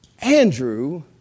Andrew